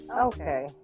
Okay